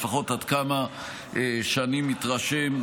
לפחות עד כמה שאני מתרשם,